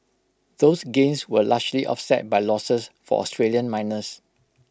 those gains were largely offset by losses for Australian miners